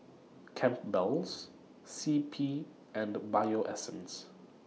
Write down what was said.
Campbell's C P and The Bio Essence